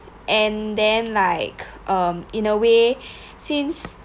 and then like um in a way since